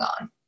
on